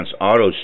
Auto